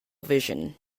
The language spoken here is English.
vision